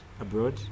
abroad